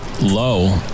low